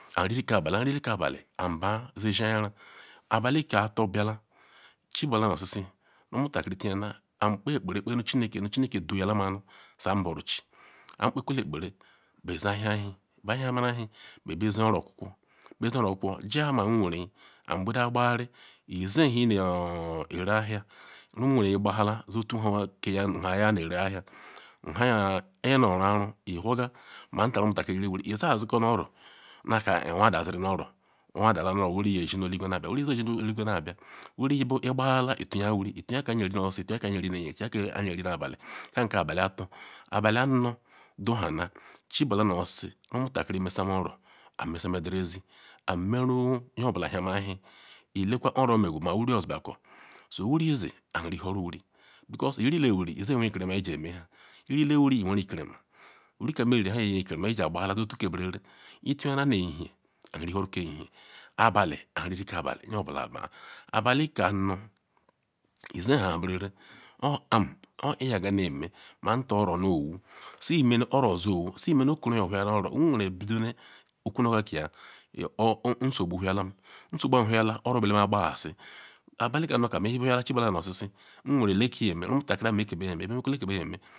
Aniriri ke abali, anririke abali an baa ziesi anyara abalike ator biada chibula nu oshishi omutakiri tiana ankpekperi kpenu chineke nu chineke duyala manu sian buruchi an kpekole ekperi beshia ewhi mehia mara ewhi be bezi oro-okwukwo besi oro okwukwo jiwa nu nweren an bede egbara izi nu hunu eri-ahia ru nweren agbahala le ya nu aya neriahia huuu ino aruanru iwhorga manta omutakiri riwuri iza siko nu-oro naka anwa dazi rinu-oro anwa daziri no oro wuriyeshi eluqwe na bia wuri so si eluqwe bia wuri bu igbahala ituya wuri ituya kam ayeri nu oshishi tuya kam ayeri nu ehehen tuya kam anyeri nu abali nha ka abali ator abali ano duhana chibula nu oshishi omutakiri mesama oro amesama ederisi ameru nye obula hiama ewhi elekwa kpo oro megu mawuri zimakor su wuri zi ariwhoru wuri because irile wuri izi werikerima iji eme nha irile wuri iweru ikerima wanka me riri yaha yeji ikerima iji aqbahalayala zotukeberere ituyana nu hehen anrwhoru ke chehen abali anriri ke abali nye obula baa abalika ano iziha berere oram owoiyega me manta oro nuwu simena oro su owo isiemena okaru veyaloro nweren bido okwunu oro kia nsugbu whehialem nsogbu whehialem oro beleaqbayasi abake ano kam me hemakale chubulem nu oshishi nweren lee ka nye me nutakiri meke beyeme beme kole ke meyeme